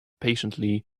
patiently